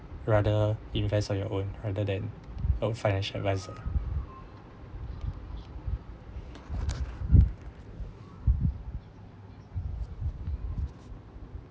rather invest or your own rather than a financial adviser